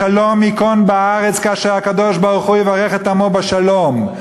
השלום ייכון בארץ כאשר הקדוש-ברוך-הוא יברך את עמו בשלום,